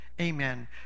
Amen